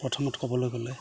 প্ৰথমত ক'বলৈ গ'লে